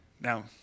Now